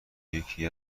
یکی